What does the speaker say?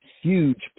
huge